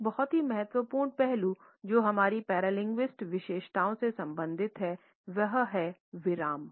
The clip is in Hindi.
एक बहुत ही महत्वपूर्ण पहलू जो हमारी परलिंगुइस्टिक विशेषताओं से संबंधित है वह है विराम